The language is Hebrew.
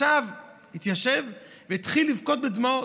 התיישב והתחיל לבכות בדמעות.